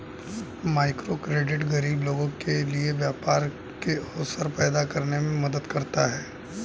microcredit गरीब लोगों के लिए व्यापार के अवसर पैदा करने में मदद करता है